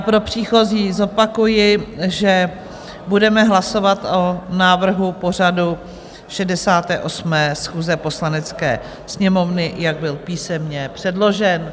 Pro příchozí zopakuji, že budeme hlasovat o návrhu pořadu 68. schůze Poslanecké sněmovny, jak byl písemně předložen.